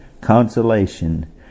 consolation